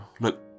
look